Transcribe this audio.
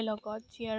লগত